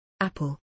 Apple